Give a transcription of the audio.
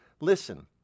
Listen